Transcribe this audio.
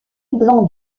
blanc